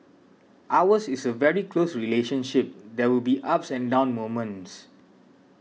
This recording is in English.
ours is a very close relationship there will be ups and down moments